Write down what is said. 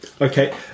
Okay